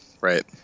Right